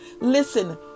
Listen